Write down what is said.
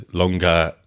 longer